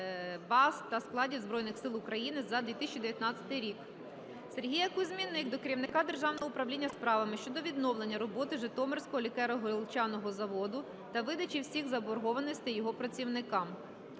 та складів Збройних Сил України за 2019 рік. Сергія Кузьміних до керівника Державного управління справами щодо відновлення роботи "Житомирського лікеро-горілчаного заводу" та видачі всіх заборгованостей його працівникам.